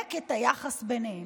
ולדייק את היחס ביניהן.